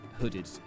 hooded